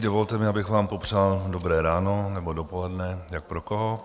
Dovolte mi, abych vám popřál dobré ráno nebo dopoledne, jak pro koho.